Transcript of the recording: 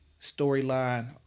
storyline